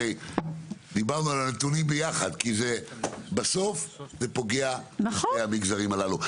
הרי דיברנו על הנתונים ביחד כי בסוף זה פוגע בשני המגזרים הללו.